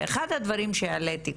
אחד הדברים שהעליתי,